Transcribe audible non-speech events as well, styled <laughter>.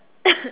<coughs>